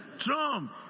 Trump